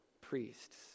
priests